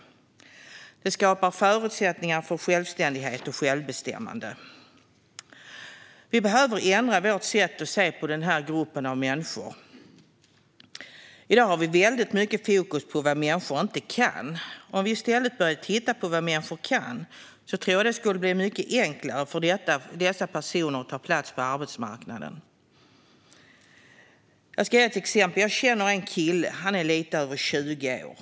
Det skapar förutsättningar för självständighet och självbestämmande. Vi behöver ändra vårt sätt att se på den här gruppen av människor. I dag har vi väldigt mycket fokus på vad människor inte kan. Om vi i stället började titta på vad människor kan tror jag att det skulle bli mycket enklare för dessa personer att ta plats på arbetsmarknaden. Jag ska ge ett exempel. Jag känner en kille, lite över 20 år.